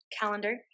calendar